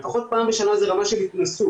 לפחות פעם בשנה זו רמה של התנסות.